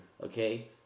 Okay